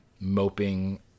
moping